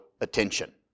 attention